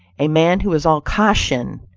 a man who is all caution,